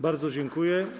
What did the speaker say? Bardzo dziękuję.